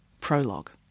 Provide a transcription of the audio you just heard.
prologue